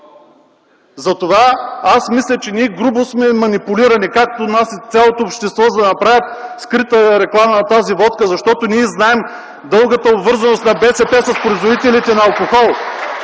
какво каза. Мисля, че ние грубо сме манипулирани, както нас, така и цялото общество, за да направят скрита реклама на тази водка, защото ние знаем дългата обвързаност на БСП с производителите на алкохол,